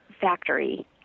factory